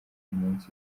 umunsi